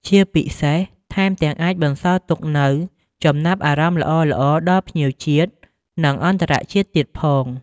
ជាពិសេស ថែមទាំងអាចបន្សល់ទុកនូវចំណាប់អារម្មណ៍ល្អៗដល់ភ្ញៀវជាតិ និងអន្តរជាតិទៀតផង។